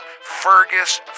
Fergus